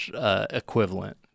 equivalent